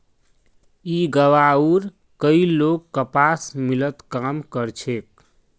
ई गांवउर कई लोग कपास मिलत काम कर छे